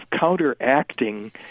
counteracting